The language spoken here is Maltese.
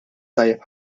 tajjeb